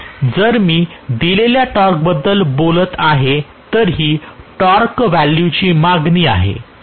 म्हणून जर मी दिलेल्या टॉर्कबद्दल मी बोलत आहे तर ही टॉर्क व्हॅल्यूची मागणी आहे